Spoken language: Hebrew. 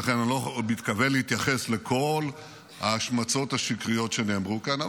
לכן אני לא מתכוון להתייחס לכל ההשמצות השקריות שנאמרו כאן,